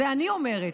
את זה אני אומרת,